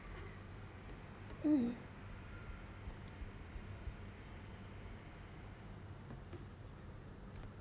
mm